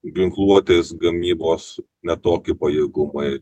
ginkluotės gamybos ne tokie pajėgumai